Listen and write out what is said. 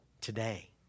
today